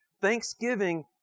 Thanksgiving